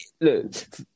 look